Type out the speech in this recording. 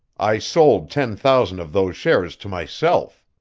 i sold ten thousand of those shares to myself.